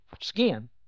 skin